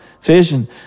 Fishing